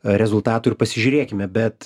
rezultatų ir pasižiūrėkime bet